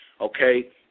okay